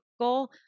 goal